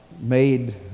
made